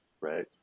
right